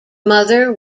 mother